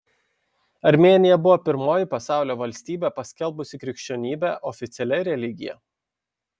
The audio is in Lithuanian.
armėnija buvo pirmoji pasaulio valstybė paskelbusi krikščionybę oficialia religija